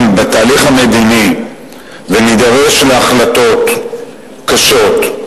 בתהליך המדיני ונידרש להחלטות קשות,